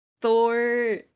Thor